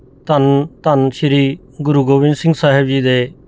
ਧੰਨ ਧੰਨ ਸ਼੍ਰੀ ਗੁਰੂ ਗੋਬਿੰਦ ਸਿੰਘ ਸਾਹਿਬ ਜੀ ਦੇ